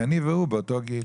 כי אני והוא באותו גיל.